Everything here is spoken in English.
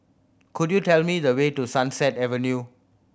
could you tell me the way to Sunset Avenue